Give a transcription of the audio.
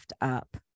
up